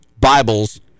Bibles